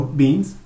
beans